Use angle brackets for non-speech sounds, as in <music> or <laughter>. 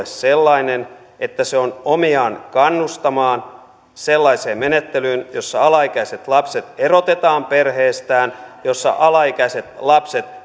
<unintelligible> sellainen että se on omiaan kannustamaan sellaiseen menettelyyn jossa alaikäiset lapset erotetaan perheestään jossa alaikäiset lapset <unintelligible>